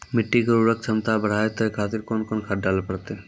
मिट्टी के उर्वरक छमता बढबय खातिर कोंन कोंन खाद डाले परतै?